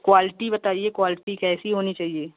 quality बताइए quality कैसी होनी चाहिए